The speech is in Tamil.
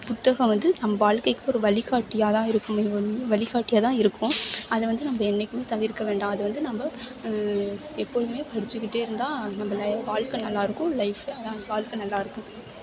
புத்தகம் வந்து நம்ம வாழ்க்கைக்கு ஒரு வழிக்காட்டியா தான் இருக்குமே ஒழிய வழிக்காட்டியா தான் இருக்கும் அதை வந்து நம்ம என்றைக்குமே தவிர்க்க வேண்டாம் அது வந்து நம்ம எப்பொழுதுமே படிச்சுக்கிட்டே இருந்தால் நம்ம ல வாழ்க்க நல்லாயிருக்கும் லைஃப் அதுதான் வாழ்க்க நல்லாயிருக்கும்